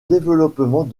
développement